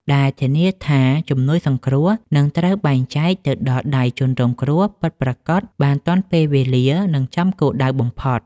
ដែលធានាថាជំនួយសង្គ្រោះនឹងត្រូវបែងចែកទៅដល់ដៃជនរងគ្រោះពិតប្រាកដបានទាន់ពេលវេលា និងចំគោលដៅបំផុត។